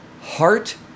Heart